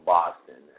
Boston